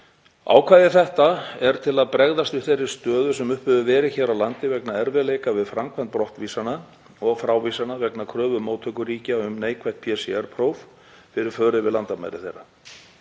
Ákvæði þetta er til að bregðast við þeirri stöðu sem uppi hefur verið hér á landi vegna erfiðleika við framkvæmd brottvísana og frávísana vegna kröfu móttökuríkja um neikvætt PCR-próf fyrir för yfir landamæri þeirra.